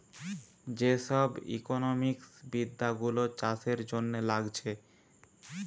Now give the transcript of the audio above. যে সব ইকোনোমিক্স বিদ্যা গুলো চাষের জন্যে লাগছে